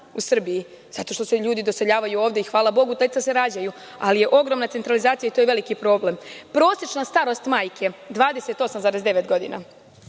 u Srbiji. zato što se ljudi doseljavaju ovde i hvala Bogu deca se rađaju. Ali ogromna je centralizacija i to je veliki problem. Prosečna starost majke je 28,9 godina.